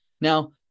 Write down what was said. Now